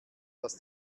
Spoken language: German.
dass